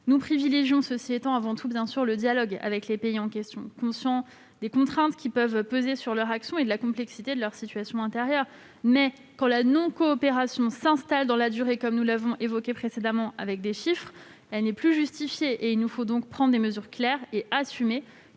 nous privilégions avant tout le dialogue avec les pays en question, conscients que nous sommes des contraintes qui peuvent peser sur leur action et de la complexité de leur situation intérieure. Néanmoins, quand la non-coopération s'installe dans la durée, ce que nous avons étayé avec des chiffres, elle n'est plus justifiée et il nous faut alors prendre des mesures claires et assumées,